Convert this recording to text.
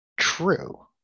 true